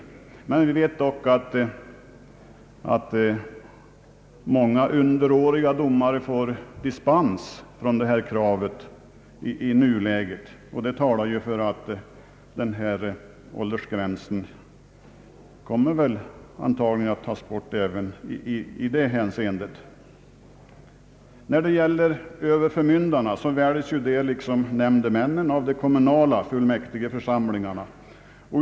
Vi vet dock att underåriga domare får dispens från detta krav i nuläget, och det talar väl för att denna åldersgräns kommer att tas bort även där. Överförmyndare, liksom nämndemän, utses av de kommunala fullmäktigeförsamlingarna.